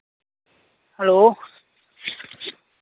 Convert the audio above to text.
hello